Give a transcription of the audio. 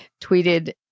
tweeted